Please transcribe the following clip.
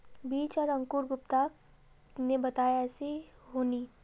बीज आर अंकूर गुप्ता ने बताया ऐसी होनी?